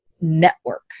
network